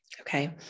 okay